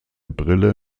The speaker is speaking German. brille